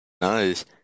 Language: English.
Nice